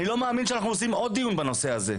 אני לא מאמין שאנחנו עושים עוד דיון בנושא הזה.